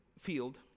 field